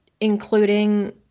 including